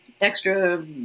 extra